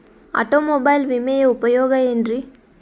Automobile ವಿಮೆಯ ಉಪಯೋಗ ಏನ್ರೀ?